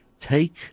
Take